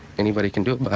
anybody can do it, but